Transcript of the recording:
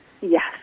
Yes